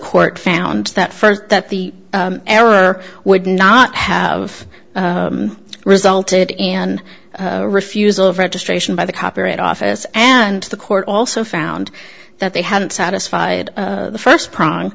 court found that first that the error would not have resulted in a refusal of registration by the copyright office and the court also found that they hadn't satisfied the first prong